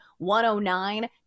109